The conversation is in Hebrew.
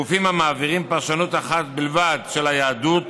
גופים המעבירים פרשנות אחת בלבד של היהדות,